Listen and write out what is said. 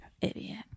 Idiot